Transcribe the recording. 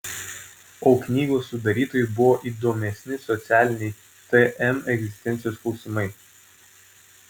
o knygos sudarytojai buvo įdomesni socialiniai tm egzistencijos klausimai